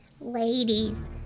Ladies